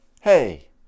hey